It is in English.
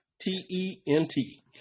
T-E-N-T